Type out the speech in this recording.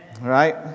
right